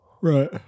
Right